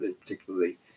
particularly